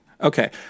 okay